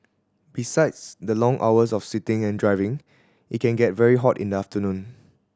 besides the long hours of sitting and driving it can get very hot in the afternoon